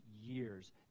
years